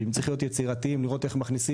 ואם צריך להיות יצירתיים לראות איך מכניסים